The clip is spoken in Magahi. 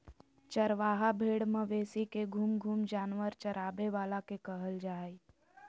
चरवाहा भेड़ मवेशी के घूम घूम जानवर चराबे वाला के कहल जा हइ